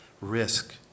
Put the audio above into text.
risk